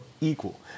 equal